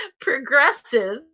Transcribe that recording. progressive